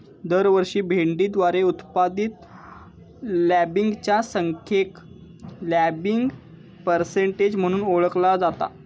दरवर्षी भेंडीद्वारे उत्पादित लँबिंगच्या संख्येक लँबिंग पर्सेंटेज म्हणून ओळखला जाता